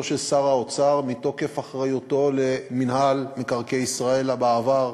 של שר האוצר מתוקף אחריותו למינהל מקרקעי ישראל בעבר,